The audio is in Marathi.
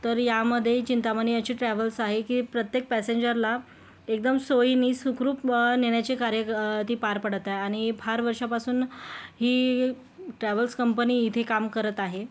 तर यामधे चिंतामणी यांची ट्रॅवल्स आहे ही प्रत्येक पॅसेंजरला एकदम सोयीनी सुखरूप नेण्याचे कार्य क ती पार पडत आहे आणि फार वर्षापासून ही ट्रॅव्हल्स कंपनी इथे काम करत आहे